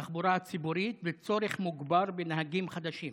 בתחבורה הציבורית וצורך מוגבר בנהגים חדשים.